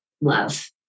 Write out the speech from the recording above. love